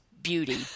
beauty